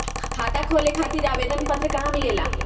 खाता खोले खातीर आवेदन पत्र कहा मिलेला?